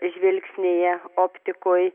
žvilgsnyje optikoj